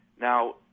Now